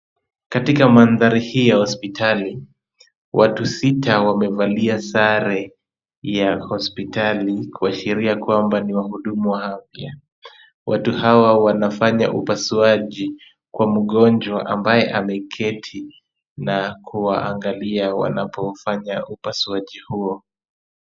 Katika mandhari hii ya hospitali, watu sita wamevalia sare ya hospitali kuashiria kwamba ni wahudumu wa afya. Watu hawa wanafanya upasuaji kwa mgonjwa, ambaye ameketi na kuwaangalia wanapofanya upasuaji huo.